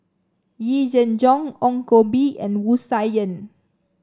Yee Jenn Jong Ong Koh Bee and Wu Tsai Yen